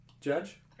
Judge